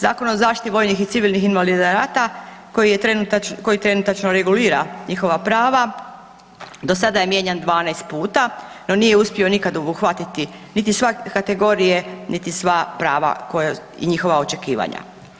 Zakon o zaštiti civilnih i vojnih invalida rata koji trenutačno regulira njihova prava do sada je mijenjan 12 puta, no nije uspio nikad obuhvatiti niti sve kategorije, niti sva prava i njihova očekivanja.